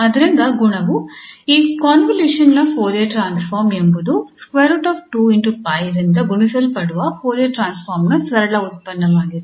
ಆದ್ದರಿಂದ ಗುಣವು ಈ ಕಾಂವೊಲ್ಯೂಷನ್ ನ ಫೋರಿಯರ್ ಟ್ರಾನ್ಸ್ಫಾರ್ಮ್ ಎಂಬುದು √2𝜋 ರಿಂದ ಗುಣಿಸಲ್ಪಡುವ ಫೋರಿಯರ್ ಟ್ರಾನ್ಸ್ಫಾರ್ಮ್ ನ ಸರಳ ಉತ್ಪನ್ನವಾಗಿದೆ